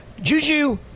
Juju